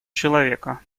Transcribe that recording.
человека